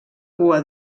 cua